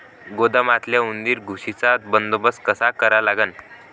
गोदामातल्या उंदीर, घुशीचा बंदोबस्त कसा करा लागन?